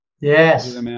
Yes